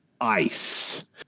ice